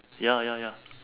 ya lah ya ya